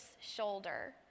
shoulder